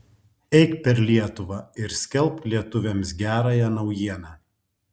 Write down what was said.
eik per lietuvą ir skelbk lietuviams gerąją naujieną